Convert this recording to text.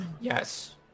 Yes